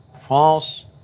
France